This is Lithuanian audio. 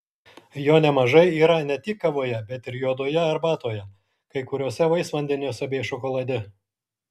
jo nemažai yra ne tik kavoje bet ir juodoje arbatoje kai kuriuose vaisvandeniuose bei šokolade